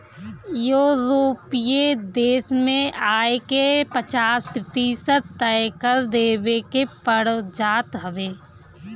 यूरोपीय देस में आय के पचास प्रतिशत तअ कर देवे के पड़ जात हवे